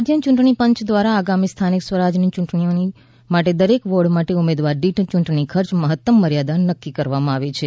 રાજ્ય ચૂંટણી પંચ દ્વારા આગામી સ્થાનિક સ્વરાજ સંસ્થાઓની ચૂંટણી માટે દરેક વોર્ડ માટે ઉમેદવાર દીઠ ચૂંટણી ખર્ચની મહત્તમ મર્યાદા નક્કી કરવામાં આવી છે